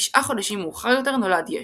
תשעה חודשים מאוחר יותר נולד ישו.